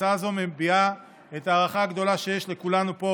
הצעה זו מביעה את ההערכה הגדולה שיש לכולנו פה